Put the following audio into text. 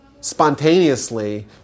spontaneously